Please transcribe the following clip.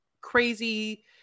crazy